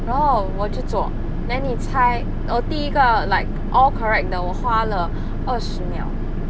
然后我就做 then 你猜我第一个 like all correct 的我花了二十秒